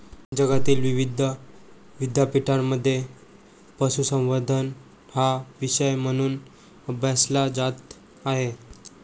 जगातील विविध विद्यापीठांमध्ये पशुसंवर्धन हा विषय म्हणून अभ्यासला जात आहे